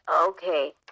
Okay